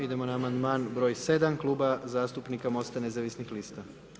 Idemo na amandman broj 7 Kluba zastupnika Mosta nezavisnih lista.